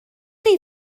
chi